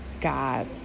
God